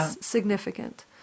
significant